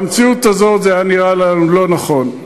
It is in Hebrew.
במציאות הזאת זה נראה לנו לא נכון.